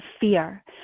fear